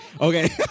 okay